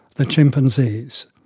the chimpanzees.